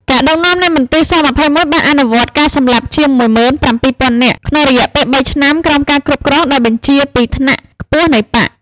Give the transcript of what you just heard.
ការដឹកនាំនៃមន្ទីរស-២១បានអនុវត្តការសម្លាប់ជាង ១៧,០០០ នាក់ ក្នុងរយៈពេលបីឆ្នាំក្រោមការគ្រប់គ្រងដោយបញ្ជាពីថ្នាក់ខ្ពស់នៃបក្ស។